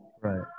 Right